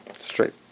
Straight